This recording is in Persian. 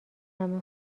همه